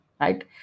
right